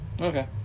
Okay